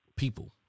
people